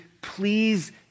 please